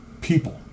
people